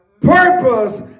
purpose